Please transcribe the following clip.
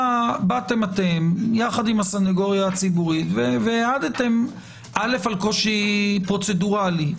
באתם אתם יחד עם הסנגוריה הציבורית והעדתם אל"ף על קושי פרוצדורלי.